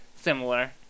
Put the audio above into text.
similar